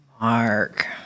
Mark